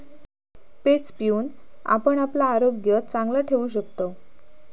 page पिऊन आपण आपला आरोग्य चांगला ठेवू शकतव